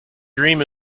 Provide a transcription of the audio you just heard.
dream